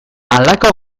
halako